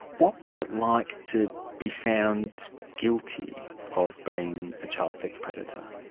what was it like to be found guilty of being a child sex predator?